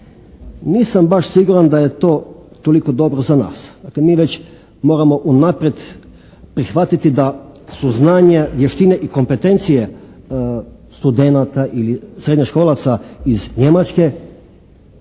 nisam baš siguran da je to toliko dobro za nas. Dakle mi već moramo unaprijed prihvatiti da su znanja, vještine i kompetencije studenata ili srednjoškolaca iz Njemačke